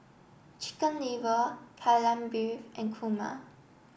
chicken liver Kai Lan Beef and Kurma